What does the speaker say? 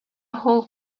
whole